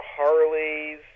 Harleys